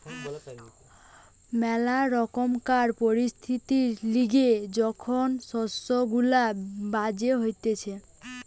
ম্যালা রকমকার পরিস্থিতির লিগে যখন শস্য গুলা বাজে হতিছে